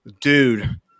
dude